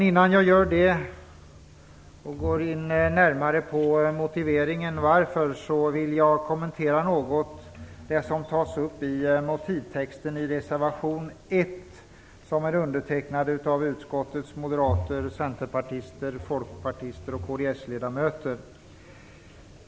Innan jag går närmare in på motiveringen till det vill jag kommentera en del av det som tas upp i motivtexten i reservation som är undertecknad av utskottets moderater, centerpartister, folkpartister och kds-ledamöter.